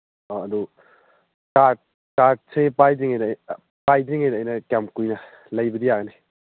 ꯑꯣ ꯑꯗꯨ ꯀꯥꯔꯠ ꯀꯥꯔꯠꯁꯦ ꯄꯥꯏꯗ꯭ꯔꯤꯉꯩꯗ ꯄꯥꯏꯗ꯭ꯔꯤꯉꯩꯗ ꯑꯩꯅ ꯀꯌꯥꯝ ꯀꯨꯏꯅ ꯂꯩꯕꯗꯤ ꯌꯥꯒꯅꯤ